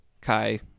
Kai